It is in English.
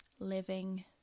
Living